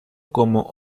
como